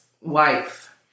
wife